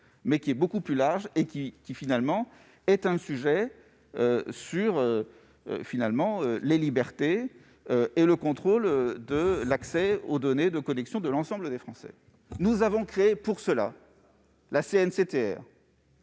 mais qui est beaucoup plus large, puisqu'il s'agit des libertés et du contrôle de l'accès aux données de connexion de l'ensemble des Français. Nous avons créé pour cela la CNCTR.